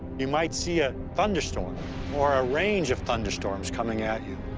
you might see a thunderstorm or a range of thunderstorms coming at you.